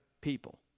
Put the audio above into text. people